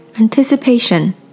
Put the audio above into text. Anticipation